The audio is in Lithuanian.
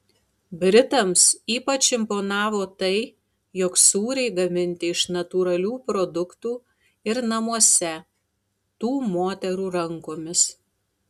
britams ypač imponavo tai jog sūriai gaminti iš natūralių produktų ir namuose tų moterų rankomis